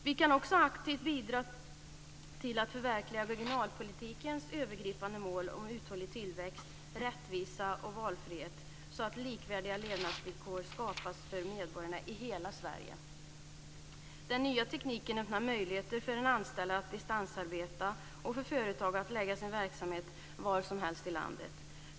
Vi kan också aktivt bidra till att förverkliga regionalpolitikens övergripande mål om uthållig tillväxt, rättvisa och valfrihet så att likvärdiga levnadsvillkor skapas för medborgarna i hela Sverige. Den nya tekniken öppnar möjligheter för den anställde att distansarbeta och för företag att förlägga sin verksamhet var som helst i landet.